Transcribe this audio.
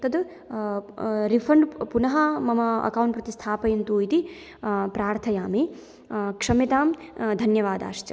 तद् रिफ़ण्ड् पुनः मम अकौण्ट् प्रति स्थापयन्तु इति प्रार्थयामि क्षम्यतां धन्यवादाश्च